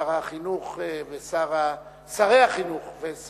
שר החינוך ושר האוצר